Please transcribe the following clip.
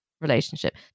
relationship